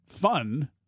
fun